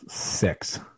Six